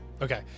Okay